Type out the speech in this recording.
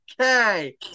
Okay